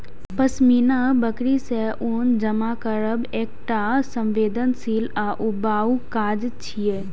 पश्मीना बकरी सं ऊन जमा करब एकटा संवेदनशील आ ऊबाऊ काज छियै